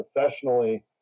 professionally